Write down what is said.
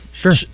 Sure